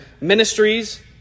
ministries